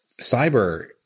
cyber